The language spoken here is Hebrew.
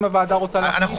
אם הוועדה רוצה להכניס